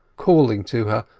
calling to her,